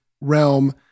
realm